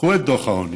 קחו את דוח העוני,